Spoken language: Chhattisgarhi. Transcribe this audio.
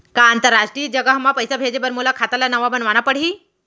का अंतरराष्ट्रीय जगह म पइसा भेजे बर मोला खाता ल नवा बनवाना पड़ही?